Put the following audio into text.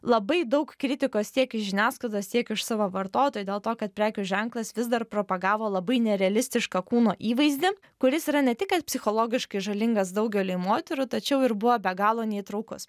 labai daug kritikos tiek iš žiniasklaidos tiek iš savo vartotojų dėl to kad prekių ženklas vis dar propagavo labai nerealistišką kūno įvaizdį kuris yra ne tik kad psichologiškai žalingas daugeliui moterų tačiau ir buvo be galo neįtraukus